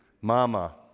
mama